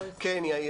כן, יאיר.